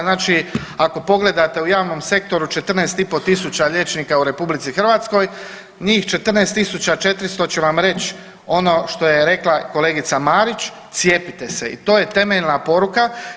Znači ako pogledate u javnom sektoru 14 i po tisuća liječnika u RH njih 14.400 će vam reć ono što je rekla kolegica Marić cijepite se i to je temeljna poruka.